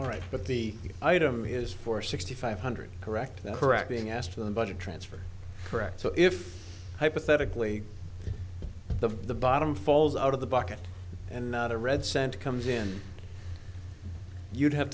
all right but the item his four sixty five hundred correct correcting as to the budget transfer correct so if hypothetically the the bottom falls out of the bucket and not a red cent comes in you'd have